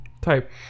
type